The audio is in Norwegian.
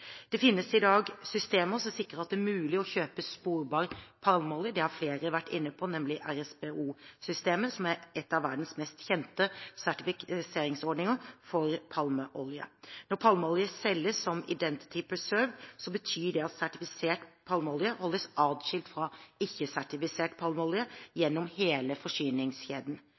Det finnes i dag systemer som sikrer at det er mulig å kjøpe sporbar palmeolje. Flere har vært inne på RSPO-systemet, som er en av verdens mest kjente sertifiseringsordninger for palmeolje. Når palmeolje selges som Identity Preserved, betyr det at sertifisert palmeolje holdes adskilt fra ikke-sertifisert palmeolje gjennom hele forsyningskjeden.